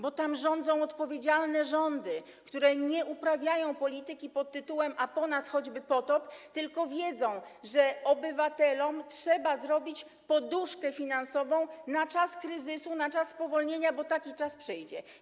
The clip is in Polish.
Bo tam rządzą odpowiedzialne rządy, które nie uprawiają polityki pt. „A po nas choćby potop”, tylko wiedzą, że obywatelom trzeba zrobić poduszkę finansową na czas kryzysu, na czas spowolnienia, bo taki czas przyjdzie.